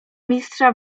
mistrza